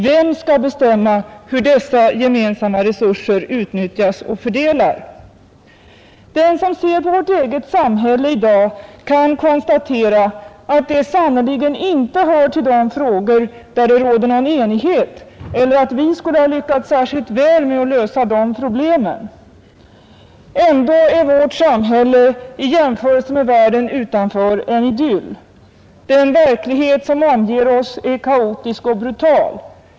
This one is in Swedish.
Vem skall bestämma hur dessa gemensamma resurser utnyttjas och fördelas? Den som ser på vårt eget samhälle i dag kan konstatera att de sannerligen inte hör till de frågor, där det råder någon enighet, eller att vi själva lyckats särskilt väl med att lösa dessa problem. Ändå är vårt samhälle i jämförelse med världen utanför en idyll. Den verklighet som omger oss är kaotisk och brutal.